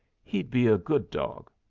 he'd be a good dog.